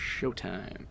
Showtime